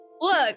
Look